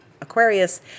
Aquarius